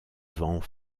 vents